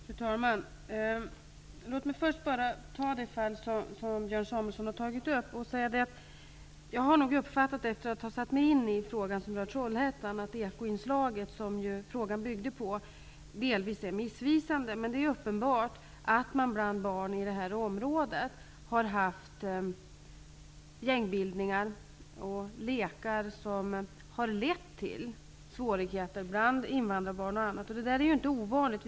Fru talman! Låt mig först bara ta det fall som Björn Samuelson har tagit upp. Efter att ha satt mig in i frågan om Trollhättan, har jag uppfattat att Ekoinslaget, som frågan ju byggde på, delvis var missvisande. Det är uppenbart att det bland barn i detta område har förekommit gängbildningar och lekar som har lett till svårigheter bl.a. för invandrarbarn. Detta är inte något ovanligt.